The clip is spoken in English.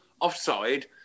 offside